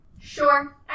Sure